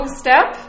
step